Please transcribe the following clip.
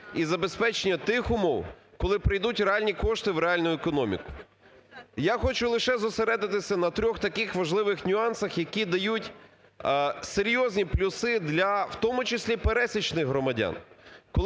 і забезпечення тих умов, коли прийдуть реальні кошти в реальну економіку. Я хочу лише зосередитися на трьох таких важливих нюансах, які дають серйозні плюси для в тому числі пересічних громадян.